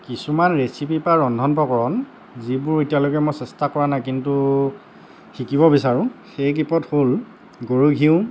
কিছুমান ৰেচিপি বা ৰন্ধন প্ৰকৰণ যিবোৰ এতিয়ালৈকে মই চেষ্টা কৰা নাই কিন্তু শিকিব বিচাৰোঁ সেইকেইপদ হ'ল গৰু ঘিউ